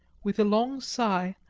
with a long sigh,